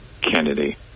Kennedy